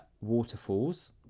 waterfalls